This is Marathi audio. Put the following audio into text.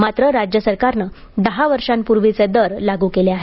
मात्र राज्य सरकारने दहा वर्षांप्रर्वीचे दर लाग्र केले आहेत